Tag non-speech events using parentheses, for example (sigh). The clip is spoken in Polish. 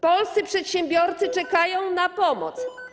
Polscy przedsiębiorcy (noise) czekają na pomoc.